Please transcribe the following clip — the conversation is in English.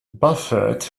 buffett